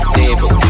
table